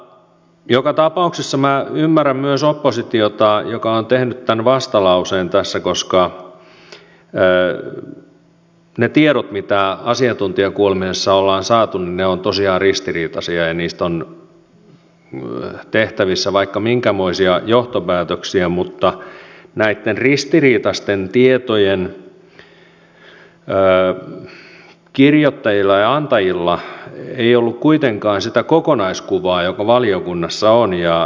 joka tapauksessa minä ymmärrän myös oppositiota joka on tehnyt tämän vastalauseen tässä koska ne tiedot mitä asiantuntijakuulemisessa ollaan saatu ovat tosiaan ristiriitaisia ja niistä on tehtävissä vaikka minkämoisia johtopäätöksiä mutta näitten ristiriitaisten tietojen kirjoittajilla ja antajilla ei ollut kuitenkaan sitä kokonaiskuvaa joka valiokunnassa on